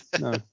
no